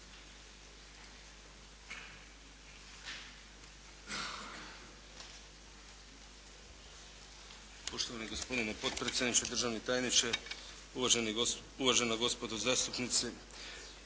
Poštovani gospodine potpredsjedniče, državni tajniče, uvažena gospodo zastupnici.